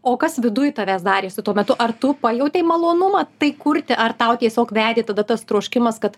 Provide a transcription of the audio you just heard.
o kas viduj tavęs darėsi tuo metu ar tu pajautei malonumą tai kurti ar tau tiesiog vedė tada tas troškimas kad